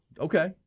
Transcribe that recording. Okay